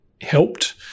helped